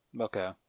Okay